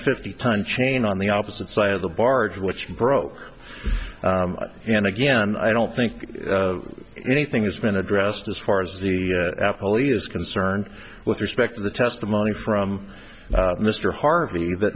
fifty time chain on the opposite side of the barge which broke and again i don't think anything has been addressed as far as the holy is concerned with respect to the testimony from mr harvey that